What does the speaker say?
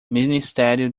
ministério